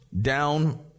down